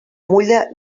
mulla